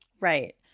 Right